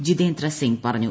ജിതേന്ദ്ര സിംഗ് പറഞ്ഞു